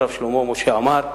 הרב שלמה משה עמאר,